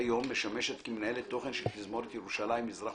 כיום משמשת כמנהלת תוכן של תזמורת ירושלים מזרח